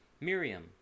Miriam